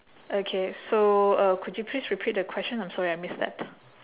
okay so uh could you please repeat the question I'm sorry I missed that